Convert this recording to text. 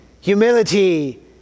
humility